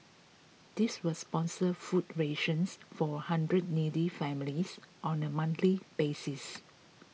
this will sponsor food rations for a hundred needy families on a monthly basis